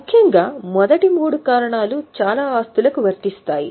ముఖ్యంగా మొదటి మూడు కారణాలు చాలా ఆస్తులకు వర్తిస్తాయి